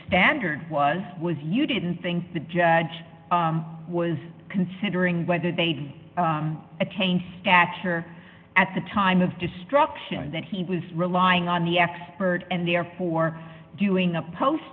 standard was was you didn't think the judge was considering whether they did a change stature at the time of destruction that he was relying on the expert and therefore doing a post